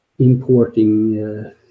importing